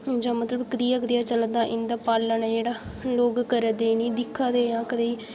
जां मतलब कदेहा कदेहा चला दा इं'दा पालन ऐ जेह्ड़ा लोक करा दे निं दिक्खा दे कदेही